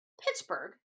Pittsburgh